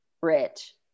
rich